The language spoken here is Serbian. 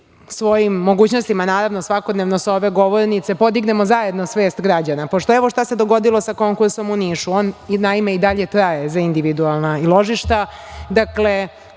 svojim mogućnostima naravno, svakodnevno sa ove govornice podignemo zajedno svest građana. Pošto, evo, šta se dogodilo sa konkursom u Nišu, on naime, i dalje traje za individualna ložišta.U